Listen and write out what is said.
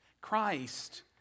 Christ